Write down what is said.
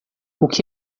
que